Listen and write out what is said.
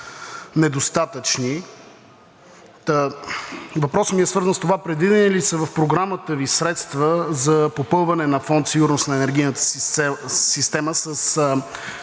недостатъчни. Въпросът ми е свързан с това: предвидени ли са в програмата Ви средства за попълване на фонд „Сигурност на електроенергийната система“ с